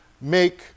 make